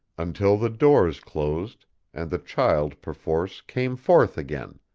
until the doors closed and the child perforce came forth again,